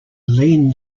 lean